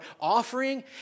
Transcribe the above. offering